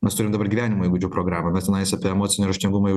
mes turim dabar gyvenimo įgūdžių programą mes tenais apie emocinį raštingumą jau